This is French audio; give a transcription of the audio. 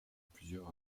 plusieurs